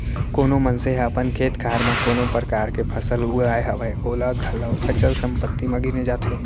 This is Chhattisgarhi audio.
कोनो मनसे ह अपन खेत खार म कोनो परकार के फसल उगाय हवय ओला घलौ अचल संपत्ति म गिने जाथे